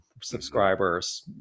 subscribers